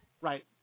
Right